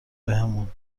بهمون